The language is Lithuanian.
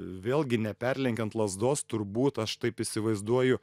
vėlgi neperlenkiant lazdos turbūt aš taip įsivaizduoju